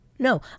No